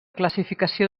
classificació